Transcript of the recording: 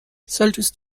solltest